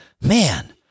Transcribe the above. man